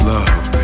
Love